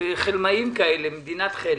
חלמאים כאלה, מדינה חלם.